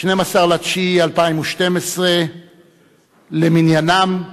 12 בספטמבר 2012 למניינם,